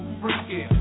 freaky